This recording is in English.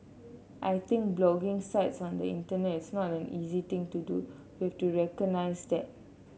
I think blocking sites on the Internet is not an easy thing to do we have to recognise that